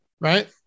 right